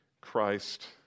Christ